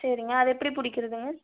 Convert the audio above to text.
சரிங்க அது எப்படி பிடிக்குறதுங்க